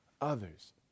others